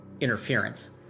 interference